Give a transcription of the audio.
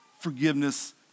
forgiveness